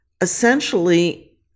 essentially